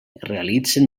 realitzen